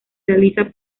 realiza